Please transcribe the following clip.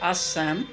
Assam